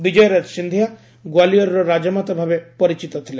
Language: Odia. ବିଜୟାରାଜ ସିନ୍ଧିଆ ଗୋଆଲିଅରର ରାଜମାତା ଭାବେ ପରିଚିତ ଥିଲେ